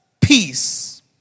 peace